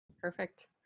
Perfect